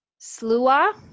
Slua